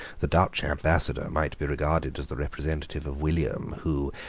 the dutch ambassador might be regarded as the representative of william, who,